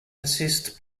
assist